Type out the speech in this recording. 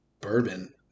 bourbon